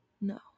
No